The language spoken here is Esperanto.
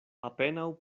apenaŭ